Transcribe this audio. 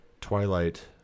Twilight